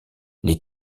les